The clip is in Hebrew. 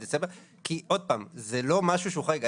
עוד פעם, זה לא משהו חריג.